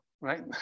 right